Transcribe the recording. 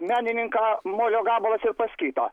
menininką molio gabalas ir pas kitą